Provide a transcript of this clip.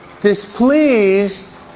displeased